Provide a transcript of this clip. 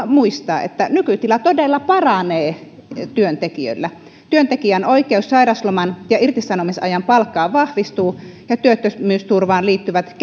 muistaa että nykytila todella paranee työntekijöillä työntekijän oikeus sairausloman ja irtisanomisajan palkkaan vahvistuu työttömyysturvaan liittyvät